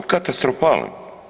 Katastrofalan.